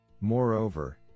Moreover